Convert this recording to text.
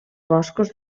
boscos